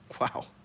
Wow